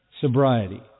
sobriety